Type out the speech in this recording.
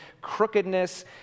crookedness